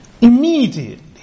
immediately